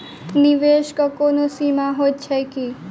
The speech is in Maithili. निवेश केँ कोनो सीमा होइत छैक की?